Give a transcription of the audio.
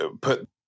put